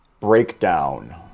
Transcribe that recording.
breakdown